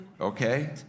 Okay